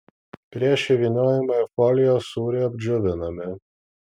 prieš įvyniojimą į foliją sūriai apdžiovinami